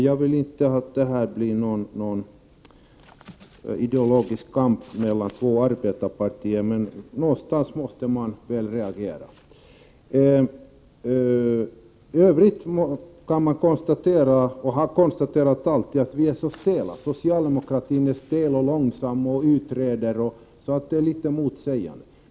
Jag vill inte att detta skall bli en ideologisk kamp mellan två arbetarpartier, men någonstans måste man reagera. I övrigt har man alltid påstått att vi socialdemokrater är så stela, att socialdemokratin är stel och långsam och utreder, så det hela är något motsägande.